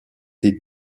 did